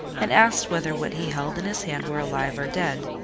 and asked whether what he held in his hand were alive or dead.